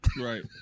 right